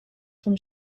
from